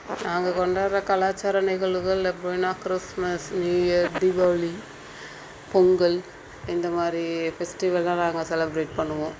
நாங்கள் கொண்டாடுற கலாச்சார நிகழ்வுகள் அப்புடின்னா க்றிஸ்மஸ் நியூஇயர் தீபாவளி பொங்கல் இந்த மாதிரி ஃபெஸ்டிவல்லாம் நாங்கள் செலபிரேட் பண்ணுவோம்